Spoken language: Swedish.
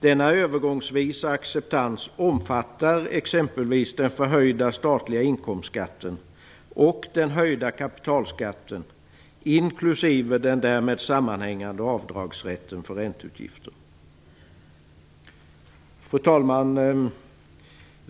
Denna övergångsvisa acceptans omfattar exempelvis den förhöjda statliga inkomstskatten och den höjda kapitalskatten inklusive den därmed sammanhängande avdragsrätten för ränteutgifter. Fru talman!